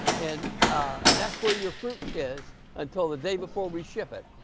and ah that's where your fruit is until the day before we ship it.